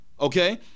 Okay